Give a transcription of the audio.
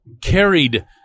carried